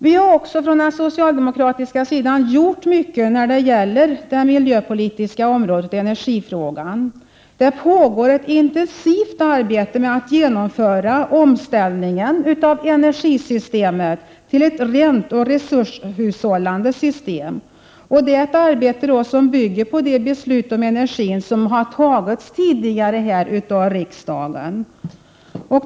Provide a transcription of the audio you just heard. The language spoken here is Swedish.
Vi har från socialdemokratisk sida gjort mycket inom miljöpolitikens område och i energifrågan. Det pågår ett intensivt arbete med att genomföra omställningen av energisystemet till ett system som är rent och resurshushållande. Det arbetet bygger på det beslut om energin som tidigare har fattats av riksdagen.